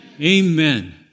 Amen